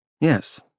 Yes